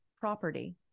property